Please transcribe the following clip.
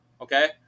okay